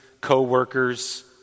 co-workers